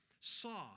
saw